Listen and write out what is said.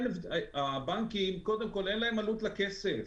לבנקים אין עלות לכסף,